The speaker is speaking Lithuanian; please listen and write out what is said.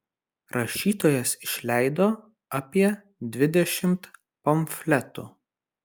rašytojas išleido apie dvidešimt pamfletų